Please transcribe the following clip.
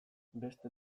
beste